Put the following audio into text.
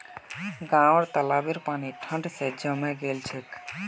गांउर तालाबेर पानी ठंड स जमें गेल छेक